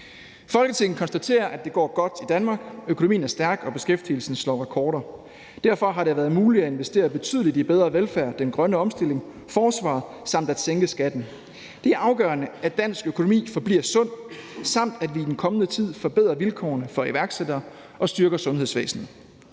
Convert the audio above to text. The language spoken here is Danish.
»Folketinget konstaterer, at det går godt i Danmark. Økonomien er stærk, og beskæftigelsen slår rekorder. Derfor har det været muligt at investere betydeligt i bedre velfærd, den grønne omstilling, forsvaret samt at sænke skatten. Det er afgørende, at dansk økonomi forbliver sund, samt at vi i den kommende tid forbedrer vilkårene for iværksættere og styrker sundhedsvæsenet.